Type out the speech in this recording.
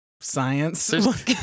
science